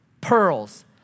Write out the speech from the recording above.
pearls